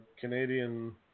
Canadian